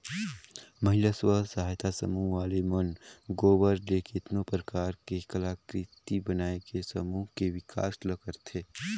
महिला स्व सहायता समूह वाले मन गोबर ले केतनो परकार के कलाकृति बनायके समूह के बिकास ल करथे